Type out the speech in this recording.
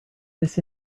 this